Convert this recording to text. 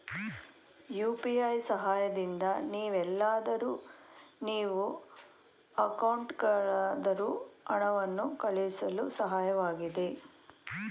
UPI ಸಹಾಯದಿಂದ ನೀವೆಲ್ಲಾದರೂ ನೀವು ಅಕೌಂಟ್ಗಾದರೂ ಹಣವನ್ನು ಕಳುಹಿಸಳು ಸಹಾಯಕವಾಗಿದೆ